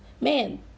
Man